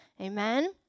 Amen